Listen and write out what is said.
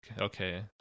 Okay